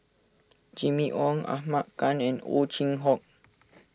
Jimmy Ong Ahmad Khan and Ow Chin Hock